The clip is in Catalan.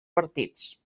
partits